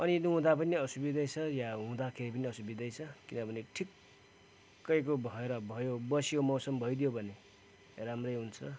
अनि नहुँदा पनि असुविधै छ या हुँदाखेरि पनि असुविधै छ किनभने ठिक्कैको भएर भयो बस्यो मौसम भइदियो भने राम्रै हुन्छ